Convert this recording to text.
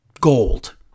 gold